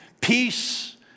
peace